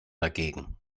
dagegen